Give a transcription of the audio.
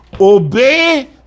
obey